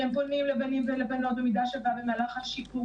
שהם פונים לבנות ולבנים במידה שווה במהלך השיעור,